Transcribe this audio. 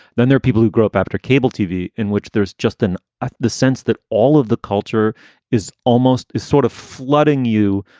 then there are people who grew up after cable tv in which there's just in ah the sense that all of the culture is almost sort of flooding you.